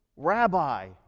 Rabbi